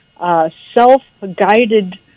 Self-guided